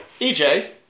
EJ